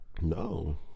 no